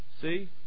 See